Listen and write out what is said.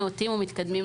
נאותים ומתקדמים,